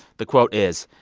the quote is,